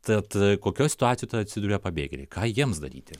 tad kokioj situacijoj atsiduria pabėgėliai ką jiems daryti